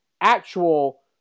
actual